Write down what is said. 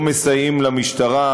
לא מסייעים למשטרה